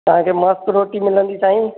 तव्हांखे मस्त रोटी मिलंदी साईं